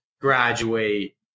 Graduate